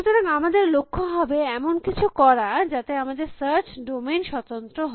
সুতরাং আমাদের লক্ষ্য হবে এমন কিছু করা যাতে আমাদের সার্চ ডোমেইন স্বতন্ত্র হয়